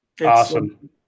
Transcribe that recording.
Awesome